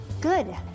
Good